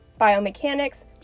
biomechanics